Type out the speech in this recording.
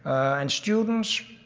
and students.